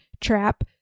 trap